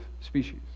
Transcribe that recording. species